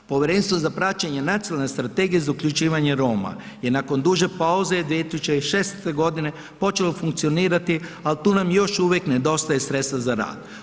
Povjerenstvo za praćenje Nacionalne strategije za uključivanje Roma je nakon duže pauze 2016. godine počelo funkcionirati ali tu nam još uvijek nedostaje sredstva za rad.